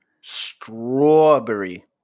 Strawberry